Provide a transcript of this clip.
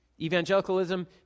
Evangelicalism